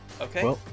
Okay